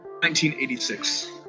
1986